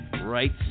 Right